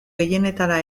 gehienetara